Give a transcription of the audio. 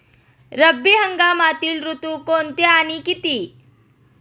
रब्बी हंगामातील ऋतू कोणते आणि किती?